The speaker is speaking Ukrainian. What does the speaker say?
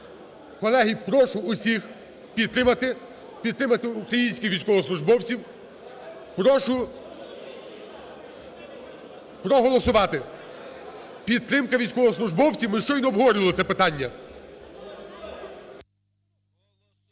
Колеги, прошу всіх підтримати, підтримати українських військовослужбовців, прошу проголосувати. Підтримка військовослужбовців, ми щойно обговорювали це питання.